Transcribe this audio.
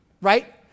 right